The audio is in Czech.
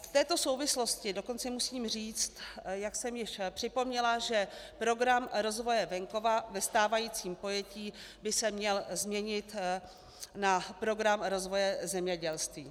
V této souvislosti dokonce musím říct, jak jsem již připomněla, že Program rozvoje venkova ve stávajícím pojetí by se měl změnit na Program rozvoje zemědělství.